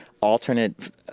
alternate